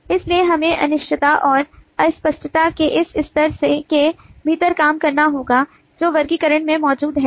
इसलिए हमें अनिश्चितता और अस्पष्टता के इस स्तर के भीतर काम करना होगा जो वर्गीकरण में मौजूद है